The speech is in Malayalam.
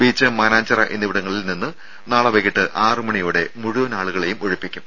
ബീച്ച് മാനാഞ്ചിറ എന്നിവിടങ്ങളിൽ നിന്ന് നാളെ വൈകീട്ട് ആറുമണിയോടെ മുഴുവൻ ആളുകളെയും ഒഴിപ്പിക്കും